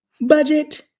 budget